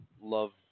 love